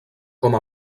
com